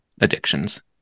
addictions